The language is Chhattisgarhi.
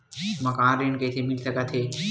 मकान ऋण कइसे मिल सकथे?